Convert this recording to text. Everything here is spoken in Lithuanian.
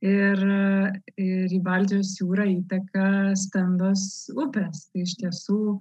ir ir į baltijos jūrą įteka stambios upės tai iš tiesų